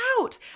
out